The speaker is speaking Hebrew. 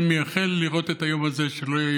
אני מייחל לראות את היום הזה שלא יהיה